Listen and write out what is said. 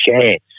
chance